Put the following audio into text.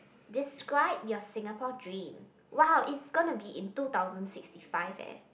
describe your Singapore dream !wow! it's gonna be in two thousand sixty five eh